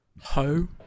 ho